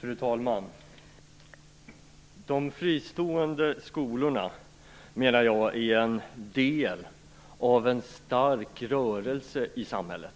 Fru talman! De fristående skolorna menar jag är en del av en stark rörelse i samhället